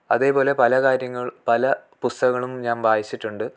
അതേപോലെ പല കാര്യങ്ങൾ പല പുസ്തകങ്ങളും ഞാൻ വായിച്ചിട്ടുണ്ട്